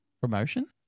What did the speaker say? Promotion